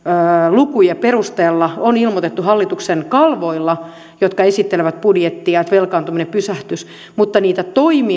lukujen perusteella on ilmoitettu hallituksen kalvoilla jotka esittelevät budjettia että velkaantuminen pysähtyisi mutta niitä toimia